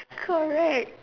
correct